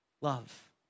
Love